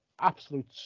absolute